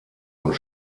und